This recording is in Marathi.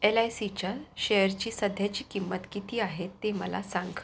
एल आय सीच्या शेअरची सध्याची किंमत किती आहे ते मला सांग